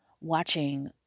watching